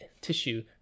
tissue